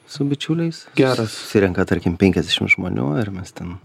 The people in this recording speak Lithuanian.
su bičiuliais gera susirenka tarkim penkiasdešim žmonių ir mes ten